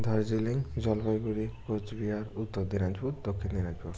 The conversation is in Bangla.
দার্জিলিং জলপাইগুড়ি কোচবিহার উত্তর দিনাজপুর দক্ষিণ দিনাজপুর